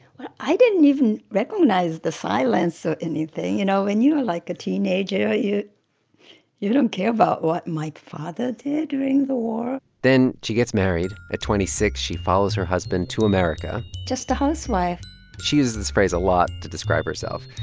i didn't even recognize the silence or anything. you know, when you're, like, a teenager, you you don't care about what my father did during the war then she gets married at twenty six, she follows her husband to america just a housewife she uses this phrase a lot to describe herself.